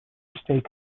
estate